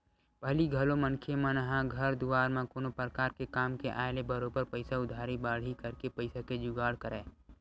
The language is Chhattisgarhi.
पहिली घलो मनखे मन ह घर दुवार म कोनो परकार के काम के आय ले बरोबर पइसा उधारी बाड़ही करके पइसा के जुगाड़ करय